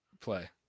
play